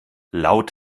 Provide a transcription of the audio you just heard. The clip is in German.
laut